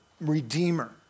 Redeemer